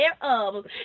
thereof